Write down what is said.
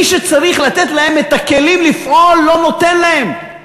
מי שצריך לתת להם את הכלים לפעול לא נותן להם,